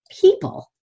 people